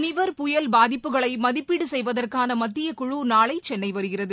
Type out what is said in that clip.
நிவர் புயல் பாதிப்புகளை மதிப்பீடு செய்வதற்கான மத்திய குழு நாளை சென்னை வருகிறது